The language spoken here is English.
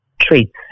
traits